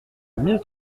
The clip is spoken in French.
mille